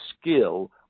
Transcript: skill